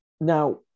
Now